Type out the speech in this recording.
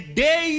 day